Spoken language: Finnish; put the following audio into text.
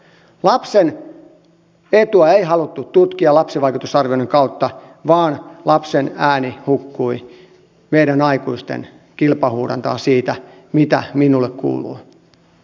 lapsen etua ei haluttu tutkia lapsivaikutusarvioinnin kautta vaan lapsen ääni hukkui meidän aikuisten kilpahuudantaan siitä mitä minulle kuuluu